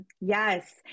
Yes